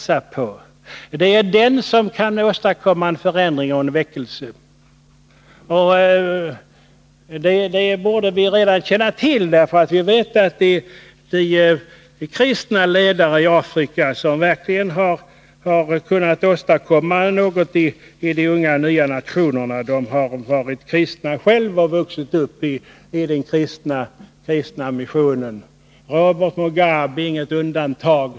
Det är den som kan åstadkomma en förändring. Detta torde vi känna till. De ledare i Afrika som verkligen har kunnat åstadkomma något i de unga nya nationernas liv har själva varit kristna och vuxit upp i den kristna missionen. Robert Mugabe är inget undantag.